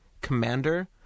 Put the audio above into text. Commander